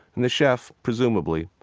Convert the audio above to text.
and the chef, presumably,